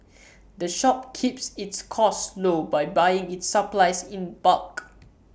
the shop keeps its costs low by buying its supplies in bulk